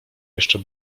jeszcze